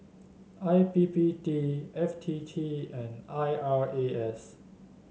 I P P T F T T and I R A S